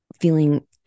feeling